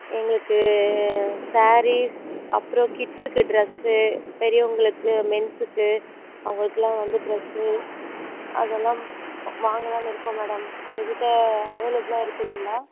எங்களுக்கு சேரீஸ் அப்றம் கிட்ஸுக்கு ட்ரெஸ்ஸு பெரியவங்களுக்கு மென்ஸுக்கு அவங்களுக்குலாம் வந்து ட்ரெஸ்ஸு அதல்லாம் வாங்கலாம்னு இருக்கோம் மேடம் உங்கள் கிட்டே அவைலபிளா இருக்குதுங்களா